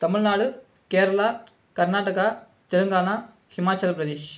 Tamil Nadu Kerala Karnataka Telangana Himachal Pradesh